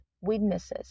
witnesses